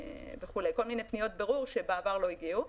כל מיני פניות בירור שלא הגיעו בעבר.